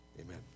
Amen